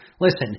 Listen